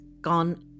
gone